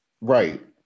Right